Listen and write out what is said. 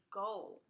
goal